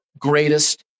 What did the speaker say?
greatest